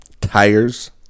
Tires